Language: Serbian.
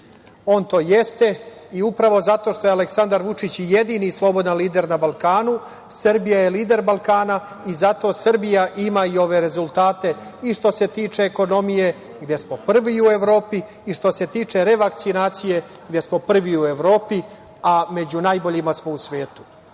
On to jeste i upravo zato što je Aleksandar Vučić jedini slobodan lider na Balkanu Srbija je lider Balkana i zato Srbija ima i ove rezultate i što se tiče ekonomije, gde smo prvi u Evropi, i što se tiče revakcinacije, gde smo prvi u Evropi, a među najboljima smo u svetu.